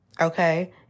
okay